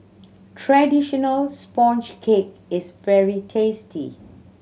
traditional sponge cake is very tasty